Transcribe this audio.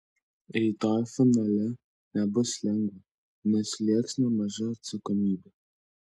rytoj finale nebus lengva nes slėgs nemaža atsakomybė